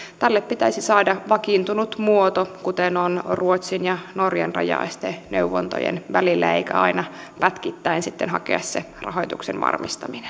tälle pitäisi saada vakiintunut muoto kuten on on ruotsin ja norjan rajaesteneuvontojen välillä eikä aina pätkittäin hakea rahoituksen varmistamista